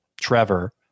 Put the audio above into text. Trevor